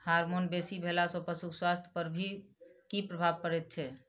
Hormone बेसी भेला सॅ पशुक स्वास्थ्य पर की प्रभाव पड़ैत छै?